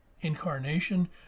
incarnation